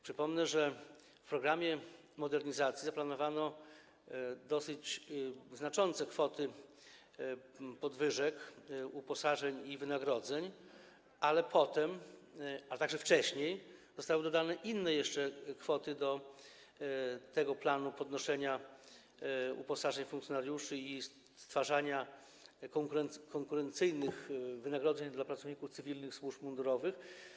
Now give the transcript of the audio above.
Przypomnę, że w ramach programu modernizacji zaplanowano dosyć znaczące kwoty podwyżek uposażeń i wynagrodzeń, ale potem, a także wcześniej, zostały dodane jeszcze inne kwoty do tego planu podwyższania uposażeń funkcjonariuszy i stwarzania konkurencyjnych wynagrodzeń dla pracowników cywilnych służb mundurowych.